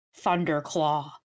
Thunderclaw